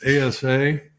ASA